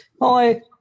hi